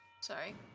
Sorry